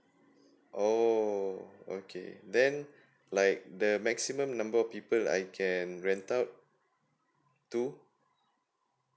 oh okay then like the maximum number of people I can rent out to